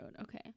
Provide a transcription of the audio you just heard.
okay